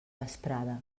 vesprada